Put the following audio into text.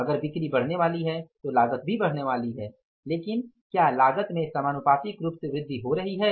अगर बिक्री बढ़ने वाली है तो लागत भी बढ़ने वाली है लेकिन क्या लागत में समानुपातिक रूप से वृद्धि हो रही है